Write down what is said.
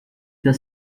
the